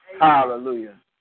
Hallelujah